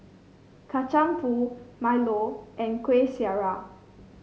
Kacang Pool milo and Kuih Syara